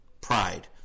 pride